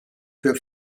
für